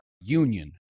union